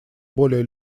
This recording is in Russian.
более